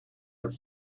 are